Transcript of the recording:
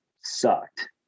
sucked